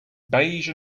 beige